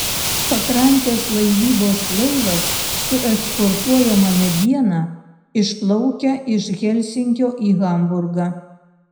pakrantės laivybos laivas su eksportuojama mediena išplaukia iš helsinkio į hamburgą